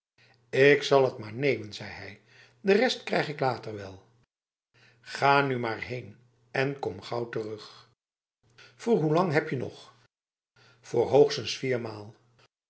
ik zal het maar nemen zei hij de rest krijg ik later wel ga nu maar heen en kom gauw terug voor hoe lang heb je nog voor hoogstens viermaal